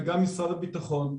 וגם משרד הביטחון,